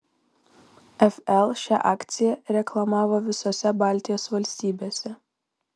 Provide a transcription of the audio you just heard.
fl šią akciją reklamavo visose baltijos valstybėse